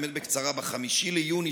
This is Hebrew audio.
באמת בקצרה: ב-5 ביוני,